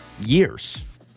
years